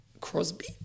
Crosby